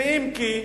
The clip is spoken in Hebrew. אם כי,